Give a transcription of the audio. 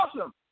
awesome